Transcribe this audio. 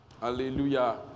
Hallelujah